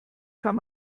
kann